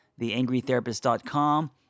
theangrytherapist.com